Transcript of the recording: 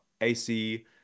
AC